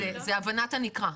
זה הבנת הנקרא.